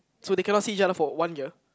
so they cannot see each other for one year